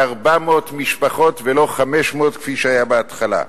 400 משפחות ולא 500 כפי שהיה בהתחלה.